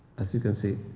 as you can see,